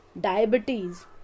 diabetes